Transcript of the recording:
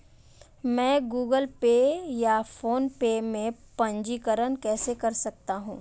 मैं Google Pay या PhonePe में पंजीकरण कैसे कर सकता हूँ?